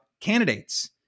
candidates